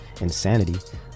insanity